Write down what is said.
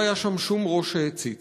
לא היה שם שום ראש שהציץ.